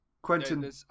Quentin